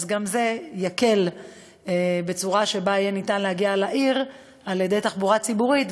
אז גם זה יקל בצורה שבה ניתן יהיה להגיע לעיר על-ידי תחבורה ציבורית,